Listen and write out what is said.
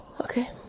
Okay